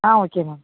ah okay ma'am